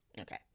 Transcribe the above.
okay